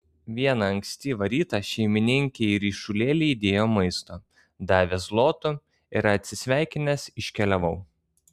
vieną ankstyvą rytą šeimininkė į ryšulėlį įdėjo maisto davė zlotų ir atsisveikinęs iškeliavau